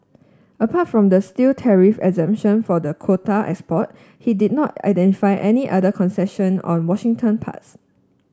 apart from the steel tariff exemption for the quota export he did not identify any other concession on Washington parts